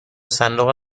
صندوق